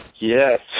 Yes